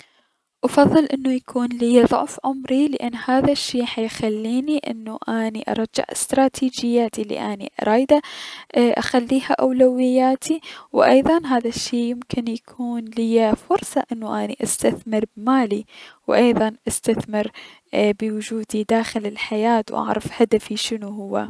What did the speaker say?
افضل انو يكون ليا ضعف عمري لأن هذا الشي حيخليني انو اني ارجع استراتيجياتي الي اني رايدة اخليها اولوياتي و ايضا هذا الشي ممكن ليا يكون فرصة من انو اني استثمر بمالي و ايضا استثمر بوجودي داخل الحياة و اعرف هدفي شنو هو.